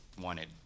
wanted